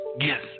Yes